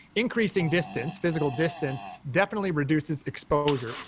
increasing distance, physical distance, definitely reduces exposure.